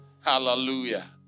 Hallelujah